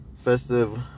festive